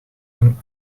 een